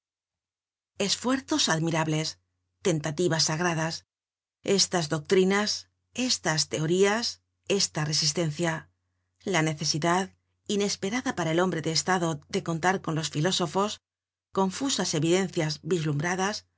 esfuerzos admirables tentativas sagradas estas doctrinas estas teorías esta resistencia la necesidad inesperada para el hombre de estado de contar con los filósofos confusas evidencias vislumbradas